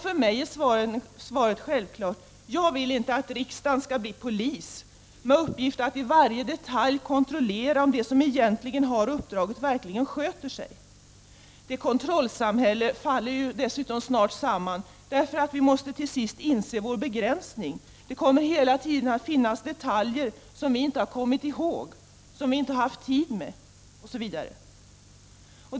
För mig är svaret självklart. Jag vill inte att riksdagen skall bli polis med uppgift att i varje detalj kontrollera om de som egentligen har uppdraget verkligen sköter sig. Ett sådant kontrollsamhälle skulle dessutom snart falla samman, eftersom vi måste inse vår begränsning. Det kommer hela tiden att finnas detaljer som vi inte har kommit ihåg, inte haft tid med osv.